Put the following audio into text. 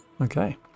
okay